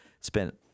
spent